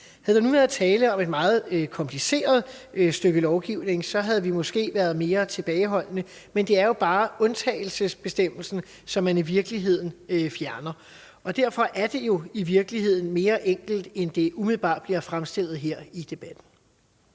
Havde der nu været tale om et meget kompliceret stykke lovgivning, så havde vi måske været mere tilbageholdende, men det er jo bare undtagelsesbestemmelsen, som man i virkeligheden fjerner. Derfor er det jo i virkeligheden mere enkelt, end det umiddelbart bliver fremstillet her i debatten.